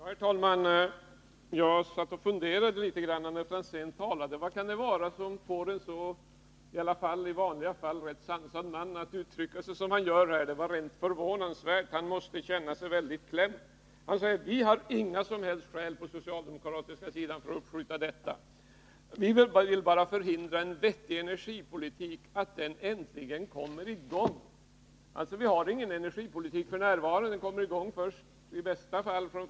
Herr talman! Jag satt under herr Franzéns anförande och funderade litet grand över vad som kan få en i vanliga fall rätt sansad man att uttrycka sig så som han gjorde. Det var förvånansvärt. Han måste känna sig mycket pressad. Han sade att vi på den socialdemokratiska sidan inte har några som helst skäl för att skjuta upp igångsättandet av energiverkets arbete. Vi skulle bara vilja förhindra att en vettig energipolitik äntligen kommer i gång. Det förs alltså f. n. ingen energipolitik, och i bästa fall kommer den i gång den 1 juli i år.